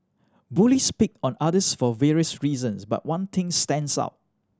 bullies pick on others for various reasons but one thing stands out